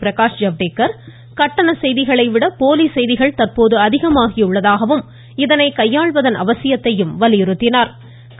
பிரகாஷ் ஜவ்டேகர் கட்டண செய்திகளை விட போலி செய்திகள் தற்போது அதிகமாகியுள்ளதாகவும் இதனை கையாள்வதன் அவசியத்தையும் வலியுறுத்தினாா்